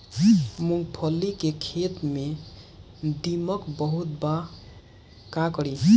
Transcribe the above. मूंगफली के खेत में दीमक बहुत बा का करी?